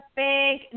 big